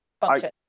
function